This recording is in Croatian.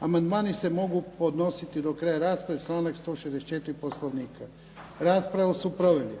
Amandmani se mogu podnositi do kraja rasprave, članak 164. Poslovnika. Raspravu su proveli